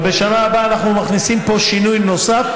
אבל בשנה הבאה אנחנו מכניסים פה שינוי נוסף.